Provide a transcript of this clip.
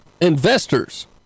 Investors